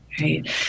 Right